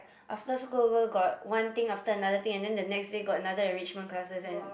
after school also got one thing after another thing and then the next day got another enrichment classes and